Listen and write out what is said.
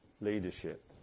Leadership